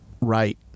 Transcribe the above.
Right